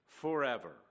forever